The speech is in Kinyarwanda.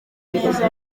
neza